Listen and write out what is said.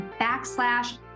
backslash